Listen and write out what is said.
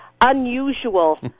unusual